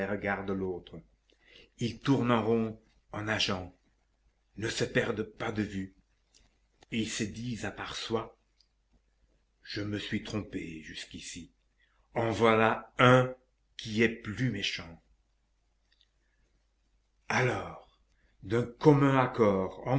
de l'autre ils tournent en rond en nageant ne se perdent pas de vue et se disent à part soi je me suis trompé jusqu'ici en voilà un qui est plus méchant alors d'un commun accord